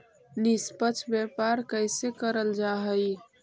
निष्पक्ष व्यापार कइसे करल जा हई